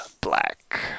black